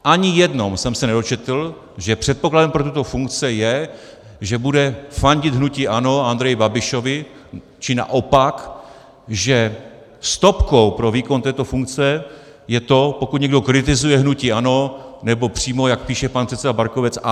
Ani v jednom jsem se nedočetl, že předpokladem pro tuto funkci je, že bude fandit hnutí ANO a Andreji Babišovi, či naopak, že stopkou pro výkon této funkce je to, pokud někdo kritizuje hnutí ANO, nebo přímo, jak píše pan předseda Berkovec, AB.